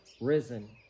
risen